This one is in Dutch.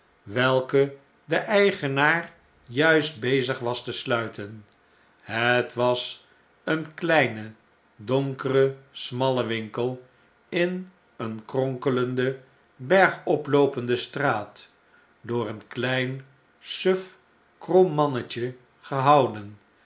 welken de eigenaar juist bezig was te sluiten het was een kleine donkere smalle winkel in eene kronkelende bergoploopende straat door een klein suf krom mannetje gehouden